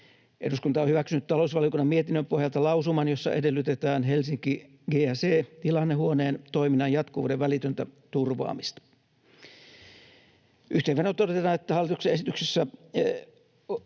Eduskunta on hyväksynyt talousvaliokunnan mietinnön pohjalta lausuman, jossa edellytetään Helsinki GSE:n tilannehuoneen toiminnan jatkuvuuden välitöntä turvaamista. Yhteenvetona voin todeta, että hallituksen esityksessä